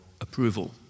approval